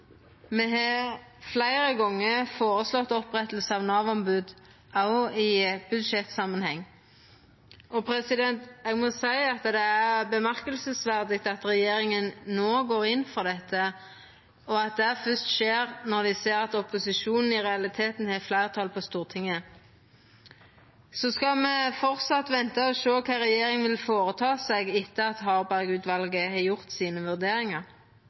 Me har fleire gonger føreslege å oppretta Nav-ombod, òg i budsjettsamanheng. Eg må seia at det er verdt å leggja merke til at regjeringa no går inn for dette, og at det fyrst skjer når dei ser at opposisjonen i realiteten har fleirtal på Stortinget. Me skal framleis venta og sjå kva regjeringa vil gjera etter at Harberg-utvalet har gjort sine vurderingar,